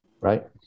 right